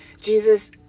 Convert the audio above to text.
Jesus